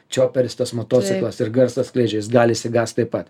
čioperis tas motociklas ir garsą skleidžia jis gali išsigąst taip pat